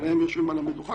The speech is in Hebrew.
והם יושבים על המדוכה,